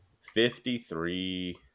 Fifty-three